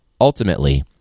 Ultimately